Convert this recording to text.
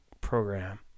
program